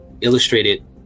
illustrated